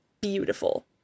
beautiful